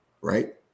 right